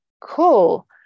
Cool